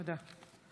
תודה.